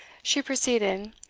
she proceeded,